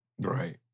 Right